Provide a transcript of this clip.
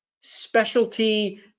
specialty